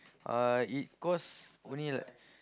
uh it cost only like